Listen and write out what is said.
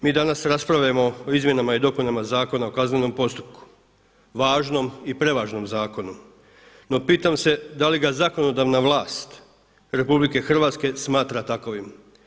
Mi danas raspravljamo o Izmjenama i dopunama Zakona o kaznenom postupku, važnom i prevažnom zakonu no pitam se da li ga zakonodavna vlast RH smatra takvim?